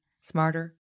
smarter